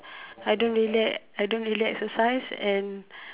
I don't really I don't really exercise and